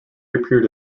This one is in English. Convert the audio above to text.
appeared